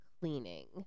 cleaning